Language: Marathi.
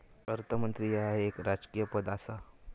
अर्थमंत्री ह्या एक राजकीय पद आसा